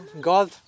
God